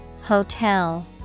hotel